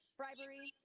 bribery